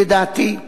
לדעתי,